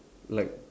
like